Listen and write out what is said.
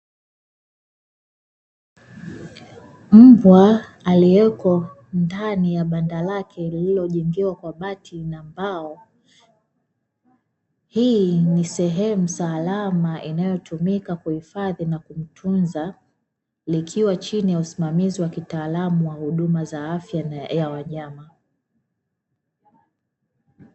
Mbwa aliyeko ndani ya banda lake, lililojengewa kwa bati na mbao hii ni sehemu salama, inayotumika kuihifadhi na kujitunza, likiwa chini ya usimamizi wa kitaalamu wa huduma za afya za wanyama.